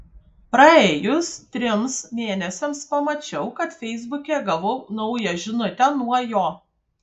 praėjus trims mėnesiams pamačiau kad feisbuke gavau naują žinutę nuo jo